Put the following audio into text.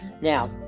Now